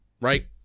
right